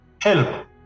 help